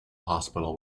hospital